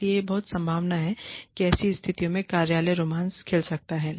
इसलिए यह बहुत संभावना है कि ऐसी स्थितियों में कार्यालय रोमांस खिल सकता है